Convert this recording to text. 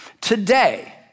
Today